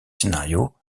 scénario